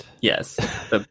Yes